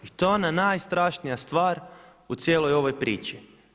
I to je ona najstrašnija stvar u cijeloj ovoj priči.